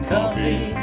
Coffee